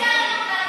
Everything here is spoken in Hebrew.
היושב-ראש,